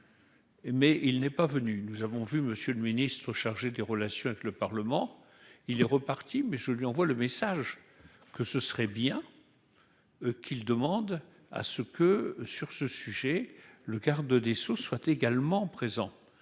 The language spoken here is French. Mais il n'est pas venu nous avons vu, Monsieur le ministre chargé des relations avec le Parlement, il est reparti mais je lui envoie le message que ce serait bien qu'il demande à ce que sur ce sujet, le garde des Sceaux, soient également présent,